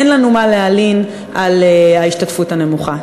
אין לנו מה להלין על ההשתתפות הנמוכה.